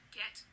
get